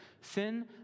Sin